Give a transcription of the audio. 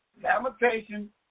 Lamentation